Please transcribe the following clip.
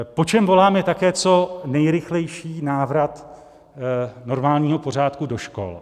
Po čem volám také, je co nejrychlejší návrat normálního pořádku do škol.